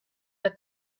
der